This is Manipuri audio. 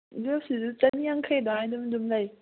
ꯒ꯭ꯔꯦꯞꯁꯤꯁꯨ ꯆꯅꯤ ꯌꯥꯡꯈꯩ ꯑꯗꯨꯃꯥꯏꯅ ꯑꯗꯨꯝ ꯂꯩ